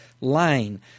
lane